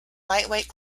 lightweight